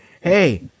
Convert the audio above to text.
Hey